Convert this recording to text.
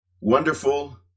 wonderful